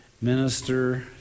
minister